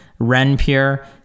Renpure